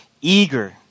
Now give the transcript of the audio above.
eager